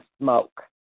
Smoke